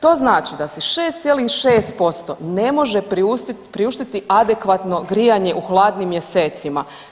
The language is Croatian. To znači da se 6,6% ne može priuštiti adekvatno grijanje u hladnim mjesecima.